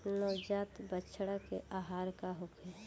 नवजात बछड़ा के आहार का होखे?